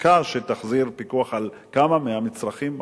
חקיקה שתחזיר פיקוח על כמה מהמצרכים החשובים.